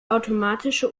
automatische